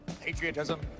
patriotism